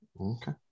Okay